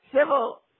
Civil